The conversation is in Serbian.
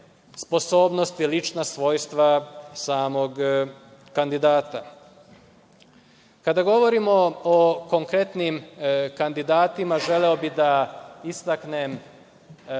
lična svojstva samog kandidata. Kada govorimo o konkretnim kandidatima, želeo bih da istaknem